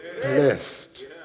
blessed